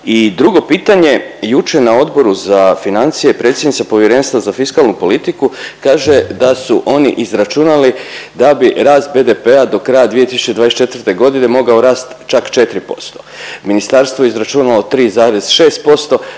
drugo pitanje, jučer na Odboru za financije predsjednica Povjerenstva za fiskalnu politiku kaže da su oni izračunali da bi rast BDP-a do kraja 2024. godine mogao rasti čak 4%. Ministarstvo je izračunalo 3,6%